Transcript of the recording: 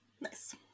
Nice